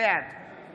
בעד